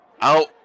out